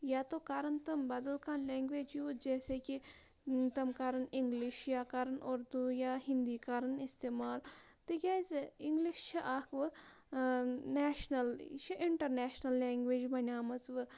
یا تو کَرَن تِم بَدل کانٛہہ لینٛگویج یوٗز جیسے کہِ تِم کَرَن اِنٛگلِش یا کَرَن اُردوٗ یا ہِندی کَرَن استعمال تِکیٛازِ اِنٛگلِش چھِ اَکھ وٕ نیشنَل یہِ چھِ اِنٹَرنیشنَل لینٛگویج بَنیمٕژ وٕ